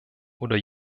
oder